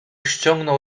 ściągnął